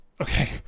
Okay